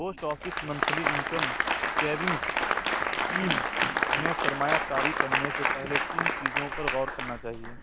post office monthly income savings scheme میں سرمایہ کاری کرنے سے پہلے کن چیزوں پر غور کرنا چاہیے